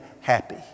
happy